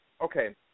okay